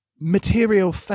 material